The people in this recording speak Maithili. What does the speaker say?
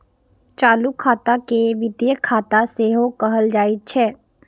चालू खाता के वित्तीय खाता सेहो कहल जाइ छै